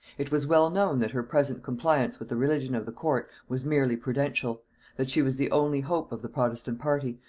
it was well known that her present compliance with the religion of the court was merely prudential that she was the only hope of the protestant party,